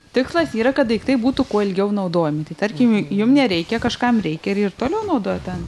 tikslas yra kad daiktai būtų kuo ilgiau naudojami tai tarkim jum nereikia kažkam reikia ir toliau naudoja ten